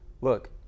look